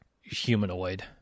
humanoid